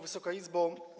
Wysoka Izbo!